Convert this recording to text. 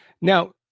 Now